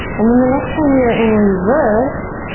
and then the next time you're in reverse,